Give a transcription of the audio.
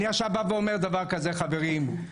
אני עכשיו בא ואומר דבר כזה, חברים.